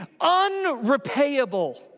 unrepayable